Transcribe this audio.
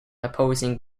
opposing